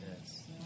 yes